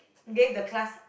gave the class